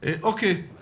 אוקיי,